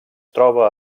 troba